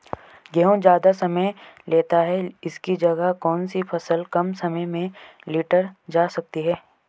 गेहूँ ज़्यादा समय लेता है इसकी जगह कौन सी फसल कम समय में लीटर जा सकती है?